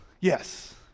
yes